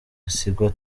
gasigwa